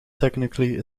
technically